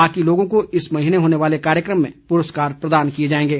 बाकी लोगों को इस महीने होने वाले कार्यक्रम में पुरस्कार प्रदान किए जाएंगे